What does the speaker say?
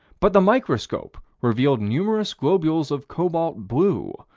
but the microscope revealed numerous globules of cobalt blue,